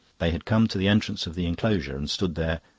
they had come to the entrance of the enclosure and stood there,